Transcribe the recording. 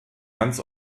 ganz